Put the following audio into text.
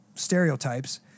stereotypes